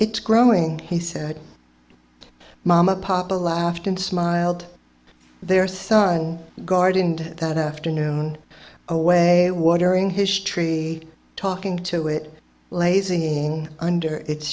it's growing he said mama papa laughed and smiled their son gardened that afternoon away watering his tree talking to it lazying under its